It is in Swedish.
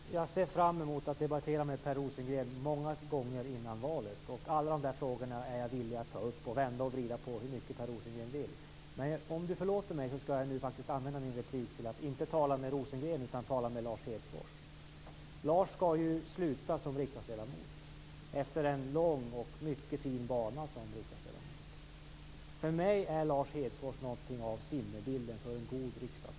Fru talman! Jag ser fram emot att debattera med Per Rosengren många gånger före valet. Alla de där frågorna är jag villig att ta upp och vrida och vända på hur mycket Per Rosengren än vill. Men om Per Rosengren förlåter mig skall jag nu använda min replik till att inte tala med Rosengren utan med Lars Lars skall ju sluta som riksdagsledamot efter en lång och mycket fin bana. För mig är Lars Hedfors något av sinnebilden för en god riksdagsman.